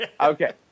Okay